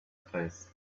face